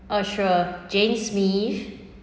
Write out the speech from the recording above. oh sure jane smith